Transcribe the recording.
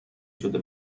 شده